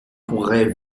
pourraient